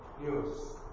news